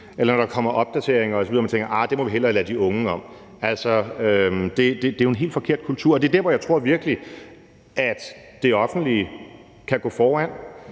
eller når der kommer opdateringer osv., tænker man: Det må vi hellere lade de unge om. Altså, det er jo en helt forkert kultur. Og det er der, hvor jeg virkelig tror, at det offentlige kan gå foran.